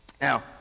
Now